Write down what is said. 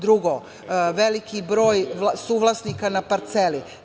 Drugo, veliki broj suvlasnika na parceli.